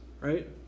right